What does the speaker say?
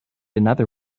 another